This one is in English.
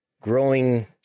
growing